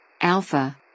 Alpha